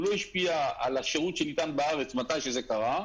אבל הוא לא השפיע על השירות שניתן בארץ בזמן שזה קרה,